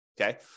Okay